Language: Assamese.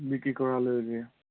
বিক্ৰী কৰা লৈকে